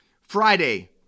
Friday